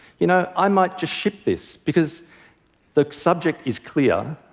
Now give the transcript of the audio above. you know? i might just ship this because the subject is clear,